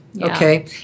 Okay